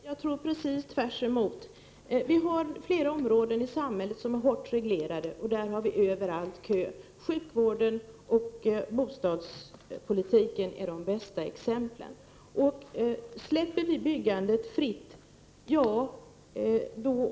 Fru talman! Jag tror att det är precis tvärtom! Vi har flera områden i samhället som är hårt reglerade — överallt där har vi köer. Sjukvården och bostadspolitiken är de bästa exemplen.